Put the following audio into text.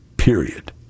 period